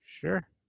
Sure